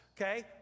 Okay